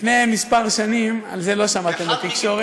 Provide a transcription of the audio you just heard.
לפני כמה שנים, על זה לא שמעתם בתקשורת,